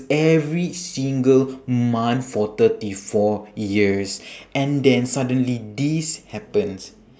every single month for thirty four years and then suddenly this happens